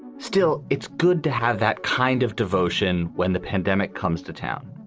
still, it's good to have that kind of devotion. when the pandemic comes to town,